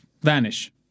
vanish